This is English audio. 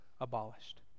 abolished